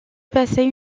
passé